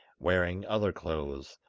wearing other clothes,